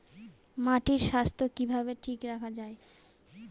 মাটির স্বাস্থ্য কিভাবে ঠিক রাখা যায়?